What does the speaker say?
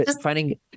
finding